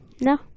No